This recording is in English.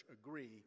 agree